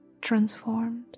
transformed